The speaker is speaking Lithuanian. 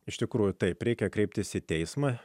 iš tikrųjų taip reikia kreiptis į teismą